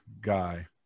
guy